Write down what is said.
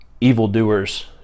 evildoers